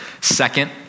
second